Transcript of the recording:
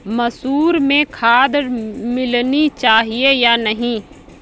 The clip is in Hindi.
मसूर में खाद मिलनी चाहिए या नहीं?